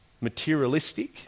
materialistic